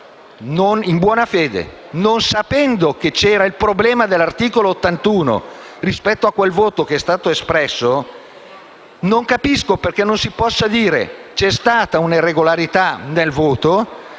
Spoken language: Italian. in buona fede, non sapendo che c'era un problema *ex* articolo 81 rispetto al voto espresso, non capisco perché non si possa dire che vi è stata una irregolarità nel voto.